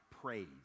praise